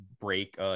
break